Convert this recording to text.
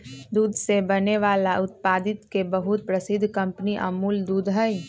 दूध से बने वाला उत्पादित के बहुत प्रसिद्ध कंपनी अमूल दूध हई